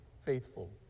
faithful